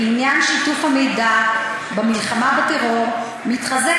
בעניין שיתוף המידע במלחמה בטרור מתחזק